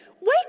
Wake